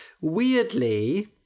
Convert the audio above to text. Weirdly